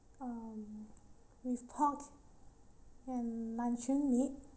um with pork and luncheon meat